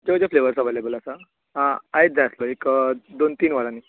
तेंय बी flavours available आसा हां आयज जाय आसलो एक दोन तीन वरांनी